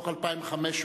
בשלווה.